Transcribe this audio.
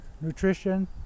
nutrition